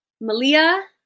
Malia